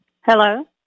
Hello